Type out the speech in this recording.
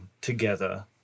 together